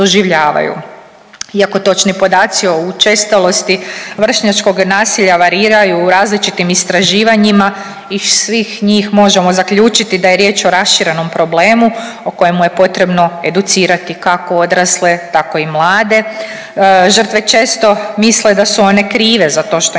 Iako točni podaci o učestalosti vršnjačkog nasilja variraju u različitim istraživanjima iz svih njih možemo zaključiti da je riječ o raširenom problemu o kojemu je potrebno educirati kako odrasle tako i mlade. Žrtve često misle da su one krive za to što im